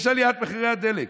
יש עלייה במחירי הדלק.